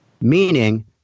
meaning